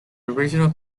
original